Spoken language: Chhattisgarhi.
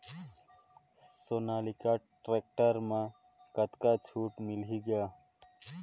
सोनालिका टेक्टर म कतका छूट मिलही ग?